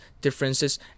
differences